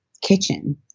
kitchen